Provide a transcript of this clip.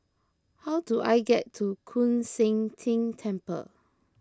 how do I get to Koon Seng Ting Temple